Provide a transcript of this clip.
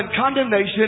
condemnation